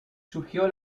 surgió